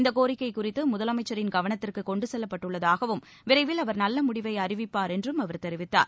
இந்த கோரிக்கை குறித்து முதலமைச்சின் கவனத்திற்கு கொண்டு செல்லப்பட்டுள்ளதாகவும் விரைவில் அவர் நல்ல முடிவை அறிவிப்பார் என்றும் அவர் தெரிவித்தார்